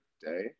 day